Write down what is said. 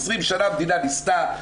20 שנה המדינה ניסתה,